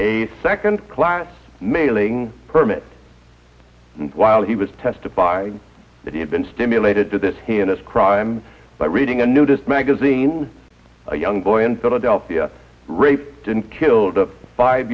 a second class mailing permit while he was testifying that he had been stimulated to this he and his crime by reading a nudist magazine a young boy in philadelphia raped and killed a five